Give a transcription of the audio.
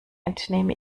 entnehme